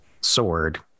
sword